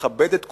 שיכבד את כולם,